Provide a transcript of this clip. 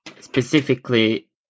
specifically